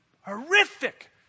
horrific